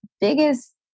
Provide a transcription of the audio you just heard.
biggest